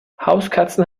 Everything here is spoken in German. hauskatzen